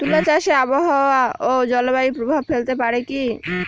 তুলা চাষে আবহাওয়া ও জলবায়ু প্রভাব ফেলতে পারে কি?